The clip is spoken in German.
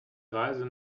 reise